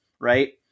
right